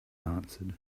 answered